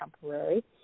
temporary